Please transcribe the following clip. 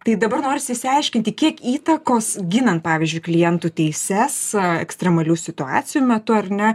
tai dabar norisi išsiaiškinti kiek įtakos ginant pavyzdžiui klientų teises e ekstremalių situacijų metu ar ne